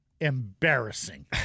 Embarrassing